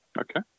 Okay